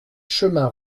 chemin